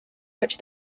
which